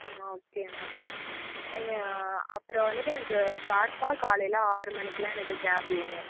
ம் okay ma'am அப்புறம் வந்துட்டு எனக்கு ஷார்ப்பா காலையில் ஆறுமணிக்கெலாம் எனக்கு கேப் வேணும்